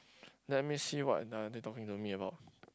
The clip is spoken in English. let me see what are they talking to me about